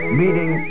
meeting